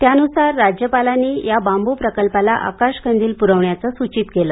त्यानुसार राज्यपालांनी या बांबू प्रकल्पाला आकाश कंदील प्रवण्याचं सूचित केलं